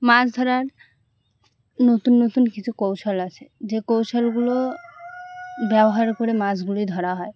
মাছ ধরার নতুন নতুন কিছু কৌশল আছে যে কৌশলগুলো ব্যবহার করে মাছগুলি ধরা হয়